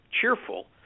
cheerful